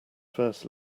first